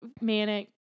manic